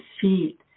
feet